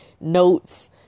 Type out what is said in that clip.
notes